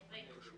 העברית.